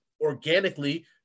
organically